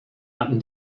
hatten